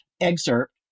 excerpt